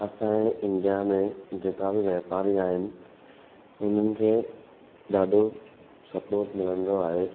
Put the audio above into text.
असांजे इंडिया में जेका बि वापारी आहिनि हुननि खे ॾाढो सर्पोट मिलंदो आहे